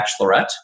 bachelorette